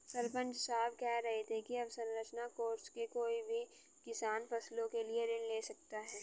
सरपंच साहब कह रहे थे कि अवसंरचना कोर्स से कोई भी किसान फसलों के लिए ऋण ले सकता है